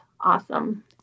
awesome